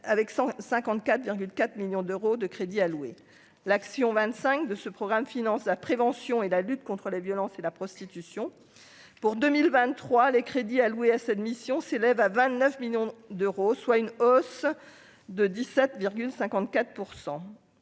avec 154,4 millions d'euros de crédits alloués l'action 25 de ce programme finance la prévention et la lutte contre les violences et la prostitution pour 2023, les crédits alloués à cette mission s'élève à 29 millions d'euros, soit une hausse de 17,54